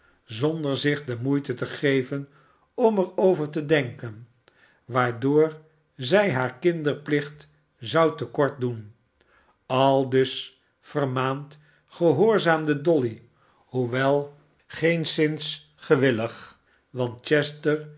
zonder zich de moeite te geven om er over te denken waardoor zij haar kinderplicht zou te kort doen aldus vermaand gehoorzaamde dolly hoewel geenszins gewillig want chester